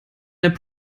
eine